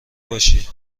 باشی